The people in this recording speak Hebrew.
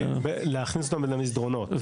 להכניס אותם למסדרונות.